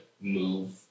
move